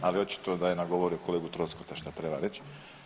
Ali očito da je nagovorio kolegu Troskota što treba reći.